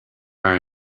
are